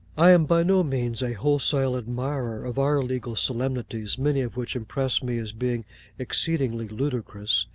i am by no means a wholesale admirer of our legal solemnities, many of which impress me as being exceedingly ludicrous.